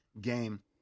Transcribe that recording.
game